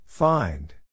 Find